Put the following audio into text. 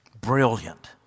brilliant